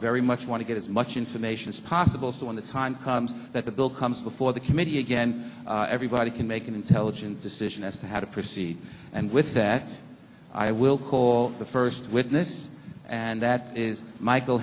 very much want to get as much information as possible so when the time comes that the bill comes before the committee again everybody can make an intelligent decision as to how to proceed and with that i will call the first witness and that is michael